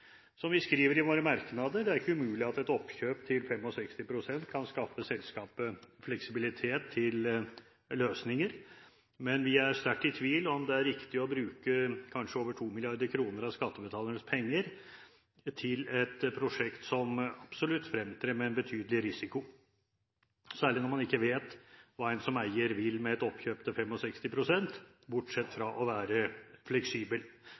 Som vi skriver i våre merknader, det er ikke umulig at et oppkjøp til 65 pst. kan skaffe selskapet fleksibilitet til løsninger, men vi er sterkt i tvil om det er riktig å bruke kanskje over 2 mrd. kr av skattebetalernes penger til et prosjekt som absolutt fremtrer med en betydelig risiko, særlig når man ikke vet hva en som eier, vil med et oppkjøp til 65 pst., bortsett fra å være fleksibel.